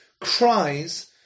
cries